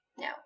No